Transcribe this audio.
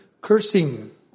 cursing